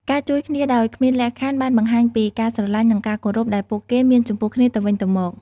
ការជួយគ្នាដោយគ្មានលក្ខខណ្ឌបានបង្ហាញពីការស្រលាញ់និងការគោរពដែលពួកគេមានចំពោះគ្នាទៅវិញទៅមក។